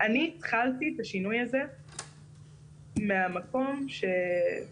אני התחלתי את השינוי הזה מהמקום שכבר